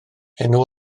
enw